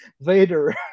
Vader